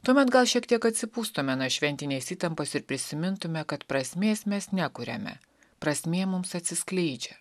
tuomet gal šiek tiek atsipūstume nuo šventinės įtampos ir prisimintume kad prasmės mes nekuriame prasmė mums atsiskleidžia